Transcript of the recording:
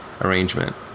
arrangement